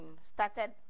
started